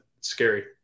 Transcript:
scary